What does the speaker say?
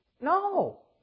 No